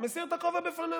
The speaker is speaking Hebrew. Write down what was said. אני מסיר את הכובע בפניו.